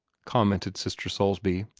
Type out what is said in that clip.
commented sister soulsby.